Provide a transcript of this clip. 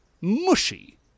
mushy